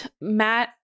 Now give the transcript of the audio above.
Matt